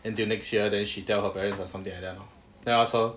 until next year then she tell her parents or something like that lor then I ask her